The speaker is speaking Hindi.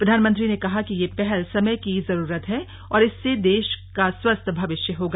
प्रधानमंत्री ने कहा कि ये पहल समय की जरूरत है और इससे देश का स्वस्थ भविष्य होगा